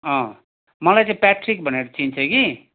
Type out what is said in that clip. मलाई चाहिँ प्याट्रिक भनेर चिन्छ कि